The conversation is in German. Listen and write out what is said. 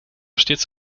stets